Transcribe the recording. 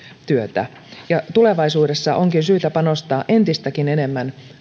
tulevaisuudessa onkin syytä panostaa entistäkin enemmän